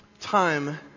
time